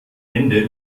ende